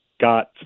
got